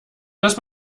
dass